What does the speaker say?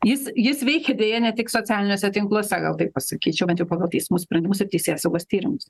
jis jis veikia deja ne tik socialiniuose tinkluose gal taip pasakyčiau bent jau pagal teismų sprendimus ir teisėsaugos tyrimus